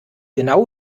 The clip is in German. genau